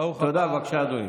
ברוך הבא, אדוני.